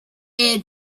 ear